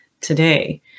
today